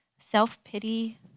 self-pity